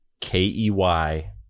K-E-Y